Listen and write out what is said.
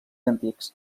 antics